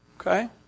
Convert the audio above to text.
Okay